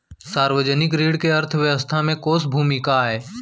सार्वजनिक ऋण के अर्थव्यवस्था में कोस भूमिका आय?